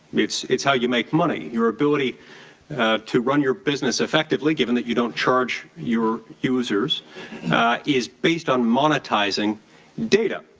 it's it's how you make money. your ability to run your business effectively given that you don't charge your users is based on monetizing data.